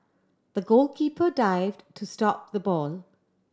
the goalkeeper dived to stop the ball